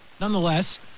nonetheless